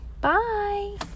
bye